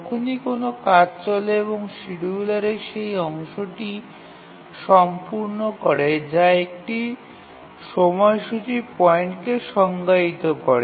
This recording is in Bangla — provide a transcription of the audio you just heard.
যখনই কোনও কাজ চলে এবং শিডিয়ুলারের সেই অংশটি সম্পূর্ণ করে যা একটি সময়সূচী পয়েন্টকে সংজ্ঞায়িত করে